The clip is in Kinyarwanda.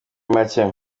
macye